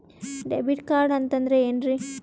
Debit card ಅಂತಂದ್ರೆ ಏನ್ರೀ?